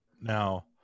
now